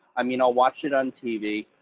i mean, i'll watch it on tv.